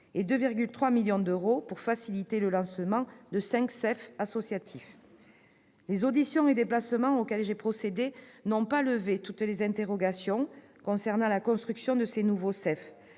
et 2,3 millions d'euros pour faciliter le lancement de cinq CEF associatifs. Les auditions et les déplacements auxquels j'ai procédé n'ont pas levé toutes les interrogations concernant la construction de ces nouveaux CEF.